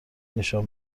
نشان